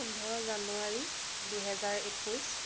পোন্ধৰ জানুৱাৰী দুহেজাৰ একৈছ